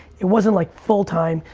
it wasn't like full time.